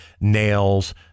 nails